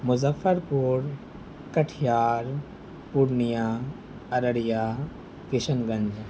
مظفر پور کٹیہار پورنیہ ارریہ کشن گنج